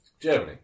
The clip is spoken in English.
Germany